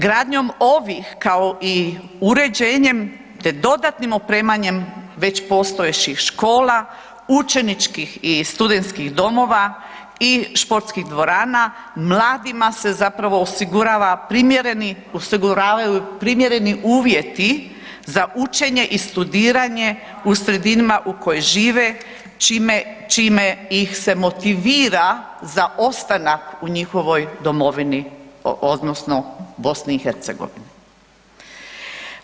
Gradnjom ovih kao i uređenjem te dodatnih opremanje već postojećih škola, učeničkih i studentskih domova i športskih dvorana, mladima se zapravo osiguravaju primjereni uvjeti za učenje i studiranje u sredinama u kojima žive, čime se ih motivira za ostanak u njihovoj domovini odnosno BiH-u.